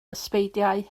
ysbeidiau